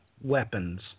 weapons